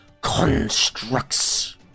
constructs